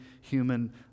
human